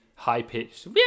high-pitched